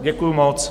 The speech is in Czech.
Děkuju moc.